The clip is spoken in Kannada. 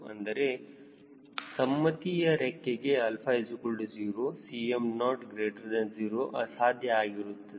ಅಂದರೆ ಸನ್ಮತಿಯ ರೆಕ್ಕೆಗೆ 𝛼 0 𝐶mO 0 ಅಸಾಧ್ಯ ಆಗಿರುತ್ತದೆ